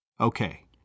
Okay